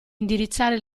indirizzare